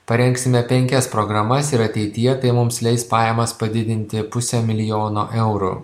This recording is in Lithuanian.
parengsime penkias programas ir ateityje tai mums leis pajamas padidinti puse milijono eurų